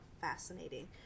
fascinating